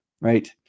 Right